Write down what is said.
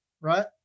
right